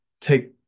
take